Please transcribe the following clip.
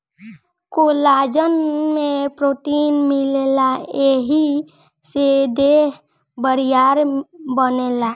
collagen में protein मिलेला एही से देह बरियार बनेला